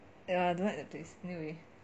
I don't like the place anyway